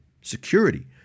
security